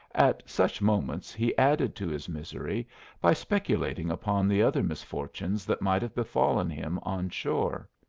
at such moments he added to his misery by speculating upon the other misfortunes that might have befallen him on shore.